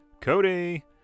Cody